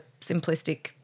simplistic